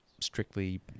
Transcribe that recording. strictly